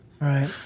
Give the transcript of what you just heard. Right